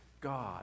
God